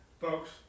Folks